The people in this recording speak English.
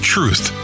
Truth